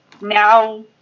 now